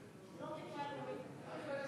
לא תקווה לאומית,